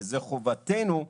וזו חובתנו,